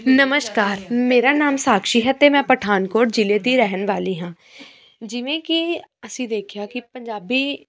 ਨਮਸ਼ਕਾਰ ਮੇਰਾ ਨਾਮ ਸ਼ਾਕਸ਼ੀ ਹੈ ਅਤੇ ਮੈਂ ਪਠਾਨਕੋਟ ਜਿਲ੍ਹੇ ਦੀ ਰਹਿਣ ਵਾਲੀ ਹਾਂ ਜਿਵੇਂ ਕਿ ਅਸੀਂ ਦੇਖਿਆ ਕਿ ਪੰਜਾਬੀ